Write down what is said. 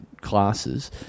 classes